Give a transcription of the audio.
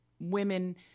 women